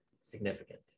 significant